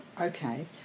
Okay